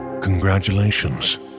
Congratulations